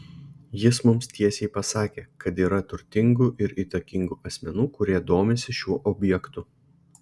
jis mums tiesiai pasakė kad yra turtingų ir įtakingų asmenų kurie domisi šiuo objektu